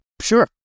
Sure